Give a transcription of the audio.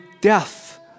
death